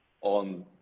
on